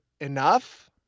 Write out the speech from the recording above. enough